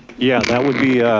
yeah that would be